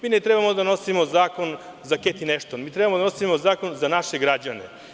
Mi ne treba da donosimo zakon za Ketrin Ešton, mi treba da donosimo zakon za naše građane.